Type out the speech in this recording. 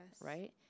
right